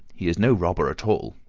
he is no robber at all,